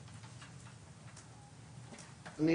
ברגע שיש תכנית שהיא בסוף הורסת --- אז,